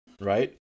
right